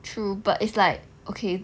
true but it's like okay